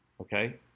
okay